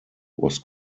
was